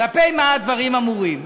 כלפי מה הדברים אמורים?